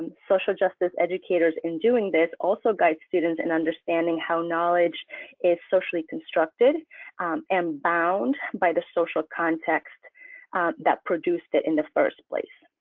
social justice educators in doing this also guide students in understanding how knowledge is socially constructed and bound by the social context that produced it in the first place.